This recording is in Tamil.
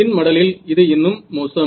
பின் மடலில் இது இன்னும் மோசம்